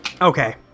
Okay